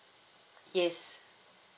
yes